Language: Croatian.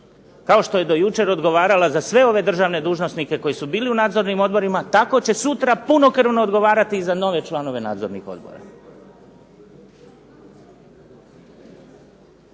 Kao što je do jučer odgovarala za sve ove dužnosnike koji su bili u nadzornim odborima, tako će sutra punokrvno odgovarati za nove članove nadzornih odbora.